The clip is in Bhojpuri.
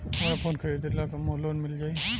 हमरा फोन खरीदे ला लोन मिल जायी?